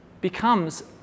becomes